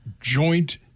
joint